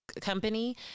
company